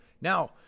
Now